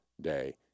day